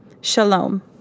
Shalom